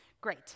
Great